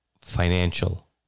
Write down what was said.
financial